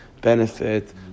benefit